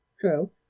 true